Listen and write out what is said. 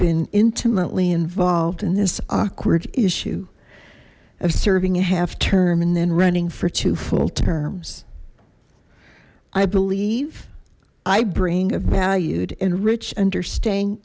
been intimately involved in this awkward issue of serving a half term and then running for two full terms i believe i bring a valued and rich understa